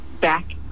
back